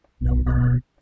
Number